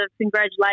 congratulations